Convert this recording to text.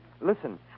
Listen